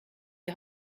die